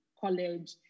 college